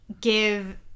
give